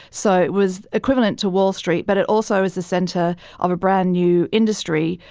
so it was equivalent to wall street, but it also is the center of a brand-new industry,